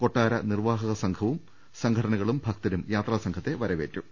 കൊട്ടാര നിർവാഹകസംഘവും സംഘടനകളും ഭക്തരും യാത്രാസംഘത്തെ വര വേറ്റു